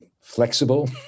flexible